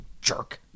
jerk